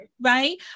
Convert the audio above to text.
right